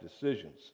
decisions